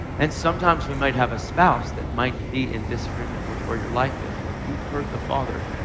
and sometimes we might have spouse that might be in disagreement with where your life is, but you've heard the father,